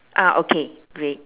ah okay great